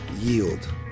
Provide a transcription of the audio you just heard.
yield